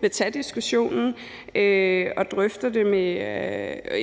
vil tage diskussionen og drøfte